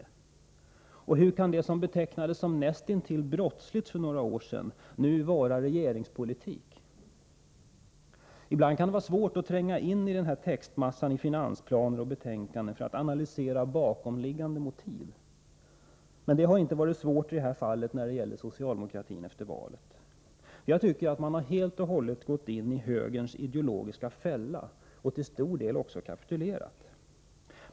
Hur kan det som för några år sedan betecknades som näst intill brottsligt nu vara regeringspolitik? Ibland kan det vara svårt att tränga in i textmassorna i finansplaner och betänkanden för att analysera bakomliggande motiv, men det har inte varit svårt när det gäller socialdemokratin efter valet. Jag tycker att man helt och hållet har gått in i högerns ideologiska fälla och till stor del också kapitulerat.